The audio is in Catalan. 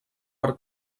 per